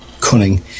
cunning